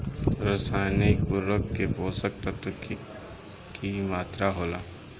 रसायनिक उर्वरक में पोषक तत्व के की मात्रा होला?